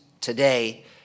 today